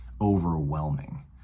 overwhelming